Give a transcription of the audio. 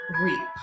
reap